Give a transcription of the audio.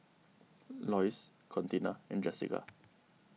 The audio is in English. Lois Contina and Jesica